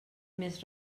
més